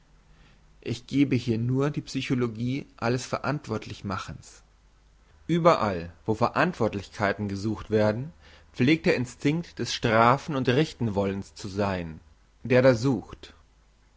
ich gebe hier nur die psychologie alles verantwortlichmachens überall wo verantwortlichkeiten gesucht werden pflegt es der instinkt des strafen und richten wollens zu sein der da sucht